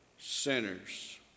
Sinners